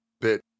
bit